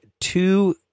two